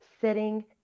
sitting